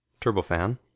turbofan